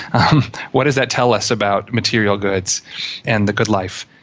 what does that tell us about material goods and the good life?